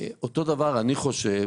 אותו דבר אני חושב